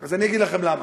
אז אני אגיד לכם למה.